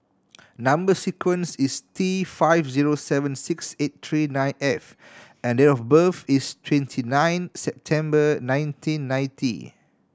number sequence is T five zero seven six eight three nine F and date of birth is twenty nine September nineteen ninety